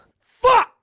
Fuck